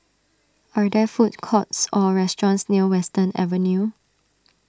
are there food courts or restaurants near Western Avenue